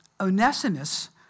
Onesimus